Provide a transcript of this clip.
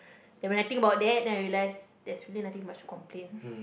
and when I think about it then I relax there's really nothing much complain